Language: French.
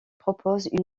propose